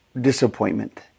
disappointment